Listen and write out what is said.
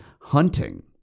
hunting